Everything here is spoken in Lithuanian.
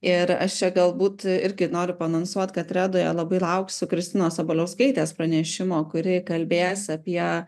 ir aš čia galbūt irgi noriu paanonsuot kad redoje labai lauksiu kristinos sabaliauskaitės pranešimo kurį kalbės apie